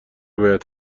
باید